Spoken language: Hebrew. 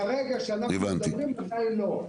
כרגע, שאנחנו מדברים, עדין לא.